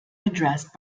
addressed